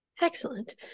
Excellent